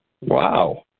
Wow